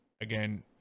again